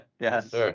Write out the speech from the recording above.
Yes